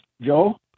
Joe